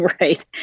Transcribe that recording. Right